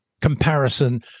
comparison